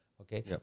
Okay